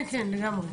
כן, לגמרי.